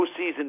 postseason